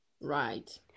Right